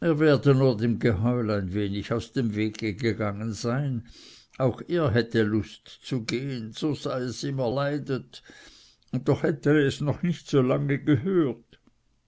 er werde nur dem geheul ein wenig aus dem wege gegangen sein auch er hätte lust zu gehen so sei es ihm erleidet und doch hätte er es noch nicht so lange gehört